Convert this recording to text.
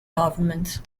government